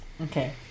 Okay